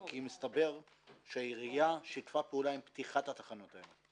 כי מסתבר שהעירייה שיתפה פעולה עם פתיחת התחנות האלה,